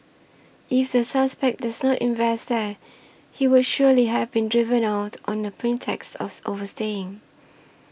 if the suspect does not invest there he would surely have been driven out on the pretext of overstaying